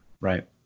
right